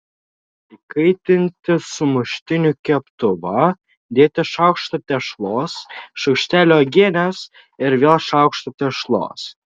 įkaitinti sumuštinių keptuvą dėti šaukštą tešlos šaukštelį uogienės ir vėl šaukštą tešlos